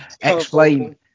Explain